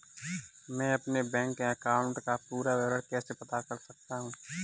मैं अपने bank account का पूरा विवरण कैसे पता कर सकता हूँ?